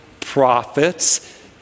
prophets